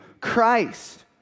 Christ